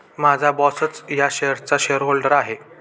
माझा बॉसच या शेअर्सचा शेअरहोल्डर आहे